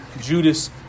Judas